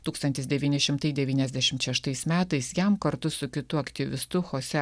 tūkstantis devyni šimtai devyniasdešimt šeštais metais jam kartu su kitu aktyvistu chose